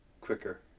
quicker